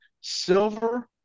silver